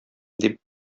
дип